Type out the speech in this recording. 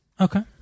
Okay